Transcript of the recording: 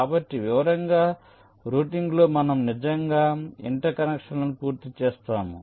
కాబట్టి వివరంగా రౌటింగ్లో మనం నిజంగా ఇంటర్కనెక్షన్లను పూర్తి చేస్తాము